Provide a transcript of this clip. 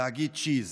להגיד "צ'יז".